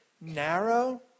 narrow